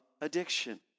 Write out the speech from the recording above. addiction